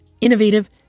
innovative